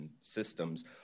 systems